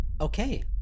Okay